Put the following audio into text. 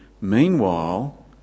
Meanwhile